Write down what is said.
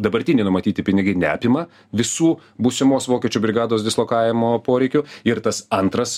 dabartiniai numatyti pinigai neapima visų būsimos vokiečių brigados dislokavimo poreikių ir tas antras